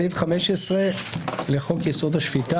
בסעיף 15 לחוק יסוד: השפיטה,